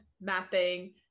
mapping